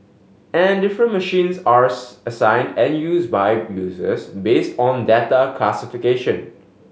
and different machines are assigned and used by users based on data classification